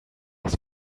was